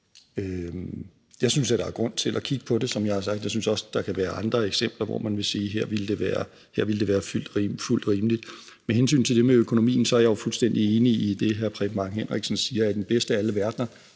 Jeg synes, at der er grund til at kigge på det. Som jeg har sagt, synes jeg også, at der kan være andre eksempler, hvor man ville sige, at her ville det være fuldt rimeligt. Med hensyn til det med økonomien er jeg jo fuldstændig enig i det, hr. Preben Bang Henriksen siger, nemlig at i den bedste af alle verdener